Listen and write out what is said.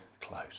close